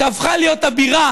שהפכה להיות הבירה